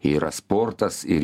yra sportas ir